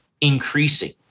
increasing